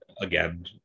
again